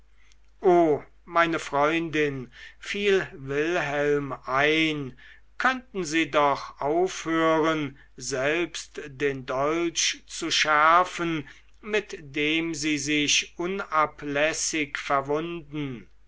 o meine freundin fiel wilhelm ein könnten sie doch aufhören selbst den dolch zu schärfen mit dem sie sich unablässig verwunden